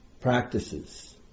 practices